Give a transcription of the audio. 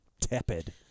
tepid